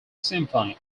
symphony